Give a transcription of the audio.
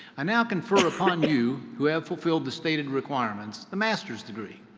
i now confer upon you, who have fulfilled the stated requirements, the master's degree,